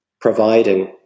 providing